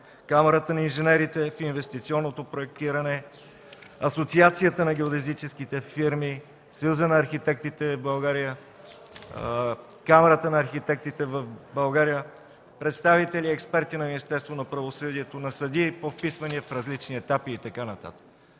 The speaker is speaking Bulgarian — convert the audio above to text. Камарата на инженерите в инвестиционното проектиране, Асоциацията на геодезическите фирми, Съюза на архитектите в България, Камарата на архитектите в България, представители и експерти на Министерство на правосъдието, на съдии по вписвания в различни етапи и така